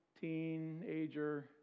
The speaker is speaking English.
teenager